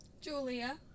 Julia